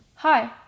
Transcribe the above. Hi